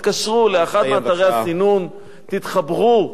תתקשרו לאחד מאתרי הסינון, תתחברו.